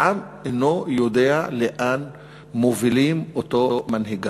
העם אינו יודע לאן מובילים אותו מנהיגיו.